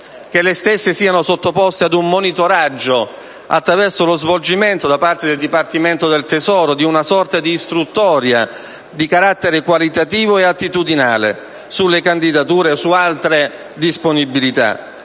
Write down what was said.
che le stesse siano sottoposte ad un monitoraggio, attraverso lo svolgimento, da parte del Dipartimento del Tesoro, di una sorta di istruttoria di carattere qualitativo e attitudinale sulle candidature e su altre disponibilità,